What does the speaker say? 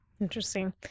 Interesting